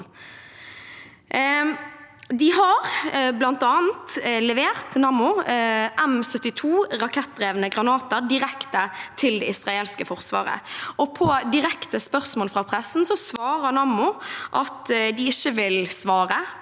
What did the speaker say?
har bl.a. levert M 72 rakettdrevne granater direkte til det israelske forsvaret, og på direkte spørsmål fra pressen svarer Nammo at de ikke vil svare